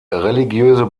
religiöse